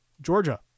Georgia